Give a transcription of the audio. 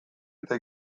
eta